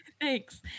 thanks